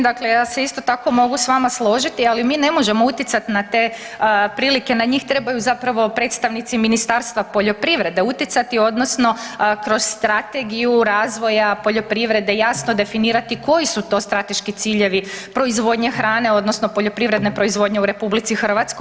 Dakle, ja se isto tako mogu s vama složiti, ali mi ne možemo utjecat na te prilike, na njih trebaju zapravo predstavnici Ministarstva poljoprivrede utjecati odnosno kroz Strategiju razvoja poljoprivrede jasno definirati koji su to strateški ciljevi proizvodnje hrane odnosno poljoprivredne proizvodnje u RH.